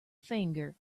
finger